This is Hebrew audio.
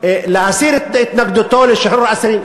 להסיר את התנגדותו לשחרור אסירים.